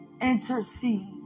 intercede